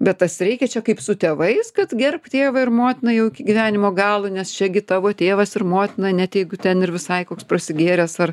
bet tas reikia čia kaip su tėvais kad gerbk tėvą ir motiną jau iki gyvenimo galo nes čia gi tavo tėvas ir motina net jeigu ten ir visai koks prasigėręs ar